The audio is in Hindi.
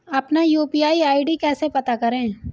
अपना यू.पी.आई आई.डी कैसे पता करें?